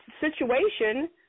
situation